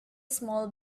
small